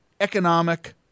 economic